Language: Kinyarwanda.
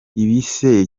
ibisebe